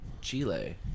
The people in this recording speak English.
Chile